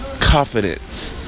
Confidence